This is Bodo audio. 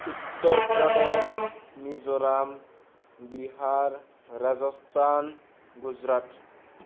उत्तर प्रदेश मिज'राम बिहार राजस्थान गुजरात